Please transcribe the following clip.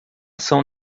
ação